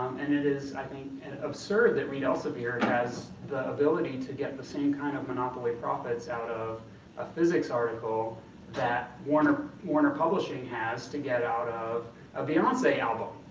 and it is i mean and absurd that reed-elsevier has the ability to get the same kind of monopoly profits out of a physics article that warner warner publishing has to get out of a beyonce album.